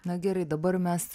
na gerai dabar mes